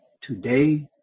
today